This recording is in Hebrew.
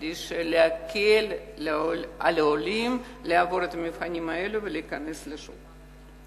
כדי להקל על העולים לעבור את המבחנים האלה ולהיכנס לשוק.